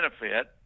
benefit